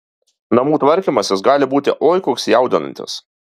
namų tvarkymasis gali būti oi koks jaudinantis